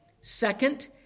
Second